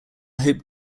hoped